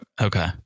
Okay